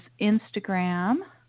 Instagram